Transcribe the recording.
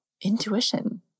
intuition